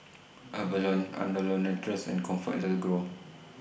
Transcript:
Avalon Andalou Naturals and ComfortDelGro